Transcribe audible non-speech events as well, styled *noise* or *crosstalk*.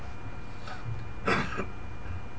*coughs*